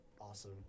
awesome